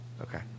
Okay